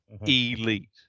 elite